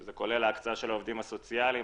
שזה כולל ההקצאה של העובדים הסוציאליים,